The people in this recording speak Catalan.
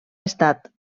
estat